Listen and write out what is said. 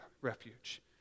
refuge